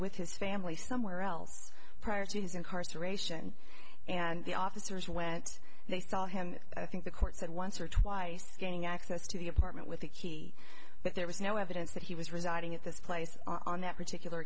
with his family somewhere else prior to his incarceration and the officers went they saw him i think the court said once or twice gaining access to the apartment with the key but there was no evidence that he was residing at this place on that particular